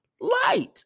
light